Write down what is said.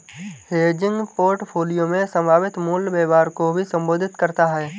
hedging portfolio में संभावित मूल्य व्यवहार को भी संबोधित करता हैं